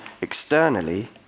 externally